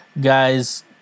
guys